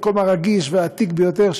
המקום הרגיש והעתיק ביותר,